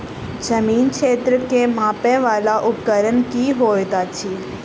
जमीन क्षेत्र केँ मापय वला उपकरण की होइत अछि?